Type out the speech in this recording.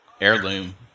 Heirloom